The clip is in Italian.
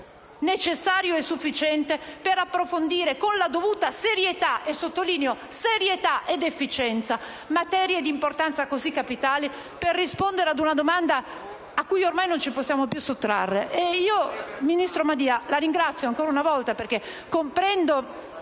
necessario e sufficiente per approfondire con la dovuta serietà ed efficienza - lo sottolineo - materie di importanza così capitale, per rispondere ad una domanda alla quale ormai non ci possiamo più sottrarre. E io, ministro Madia, la ringrazio ancora una volta, perché comprendo